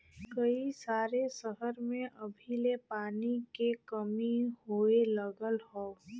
कई सारे सहर में अभी ले पानी के कमी होए लगल हौ